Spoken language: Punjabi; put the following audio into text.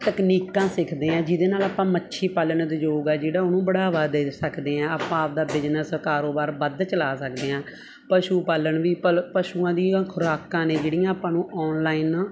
ਤਕਨੀਕਾਂ ਸਿੱਖਦੇ ਹਾਂ ਜਿਹਦੇ ਨਾਲ ਆਪਾਂ ਮੱਛੀ ਪਾਲਣ ਉਦਯੋਗ ਆ ਜਿਹੜਾ ਉਹਨੂੰ ਬੜਾਵਾ ਦੇ ਸਕਦੇ ਹਾਂ ਆਪਾਂ ਆਪਣਾ ਬਿਜ਼ਨਸ ਕਾਰੋਬਾਰ ਵੱਧ ਚਲਾ ਸਕਦੇ ਹਾਂ ਪਸ਼ੂ ਪਾਲਣ ਵੀ ਪਲ ਪਸ਼ੂਆਂ ਦੀ ਖੁਰਾਕਾਂ ਨੇ ਜਿਹੜੀਆਂ ਆਪਾਂ ਨੂੰ ਆਨਲਾਈਨ